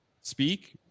speak